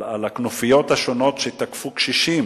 של הכנופיות השונות שתקפו קשישים